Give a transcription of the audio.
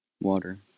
water